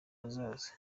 hazaza